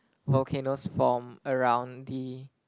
volcanoes form around the